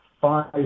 five